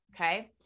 Okay